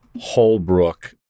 Holbrook